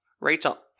Rachel